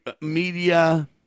media